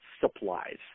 supplies